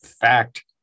fact